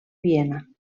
viena